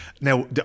now